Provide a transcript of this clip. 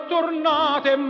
Tornate